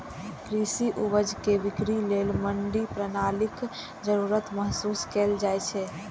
कृषि उपज के बिक्री लेल मंडी प्रणालीक जरूरत महसूस कैल जाइ छै